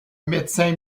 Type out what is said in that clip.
médecin